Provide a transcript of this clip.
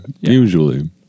usually